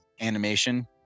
animation